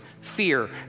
fear